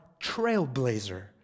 trailblazer